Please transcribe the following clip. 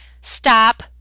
stop